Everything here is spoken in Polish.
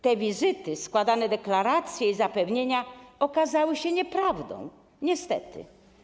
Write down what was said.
Te wizyty, składane deklaracje i zapewnienia okazały się nieprawdą, niestety.